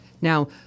Now